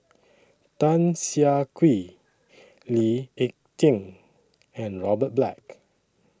Tan Siah Kwee Lee Ek Tieng and Robert Black